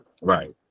Right